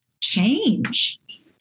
change